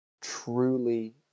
truly